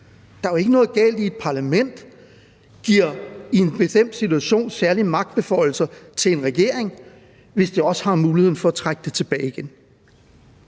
Der er jo ikke noget galt i, at et parlament i en bestemt situation giver særlige magtbeføjelser til en regering, hvis det også har muligheden for at trække dem tilbage igen.